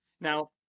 Now